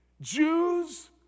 Jews